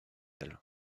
elle